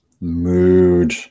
mood